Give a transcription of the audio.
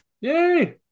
Yay